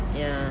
ya